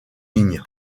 ligne